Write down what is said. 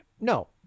no